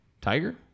Tiger